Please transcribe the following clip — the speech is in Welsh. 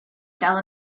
gael